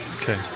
Okay